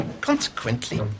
Consequently